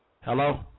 Hello